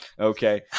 Okay